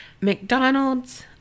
McDonald's